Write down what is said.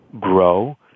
grow